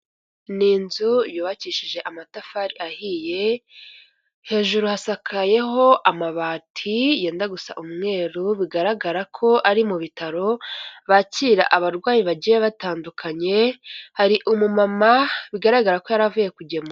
Ni inzu yubakishije amatafari ahiye hejuru hasakayeho amabati yenda gusa umweru bigaragara ko ari mu bitaro bakira abarwayi bagiye batandukanye, hari umumama bigaragara ko yari avuye kugemura.